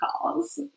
calls